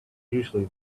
usually